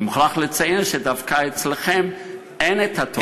אני מוכרח לציין שדווקא אצלכם אין התופעה הזאת.